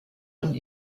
und